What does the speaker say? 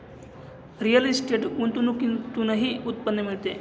real estate गुंतवणुकीतूनही उत्पन्न मिळते